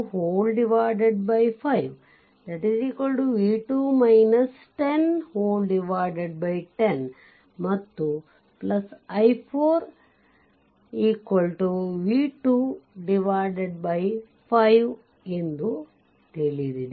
i1 5 10 ಮತ್ತು i4 v2 5 ಎಂದು ತಿಳಿದಿದೆ